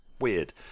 weird